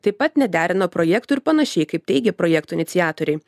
taip pat nederina projektų ir panašiai kaip teigia projekto iniciatoriai